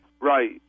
Right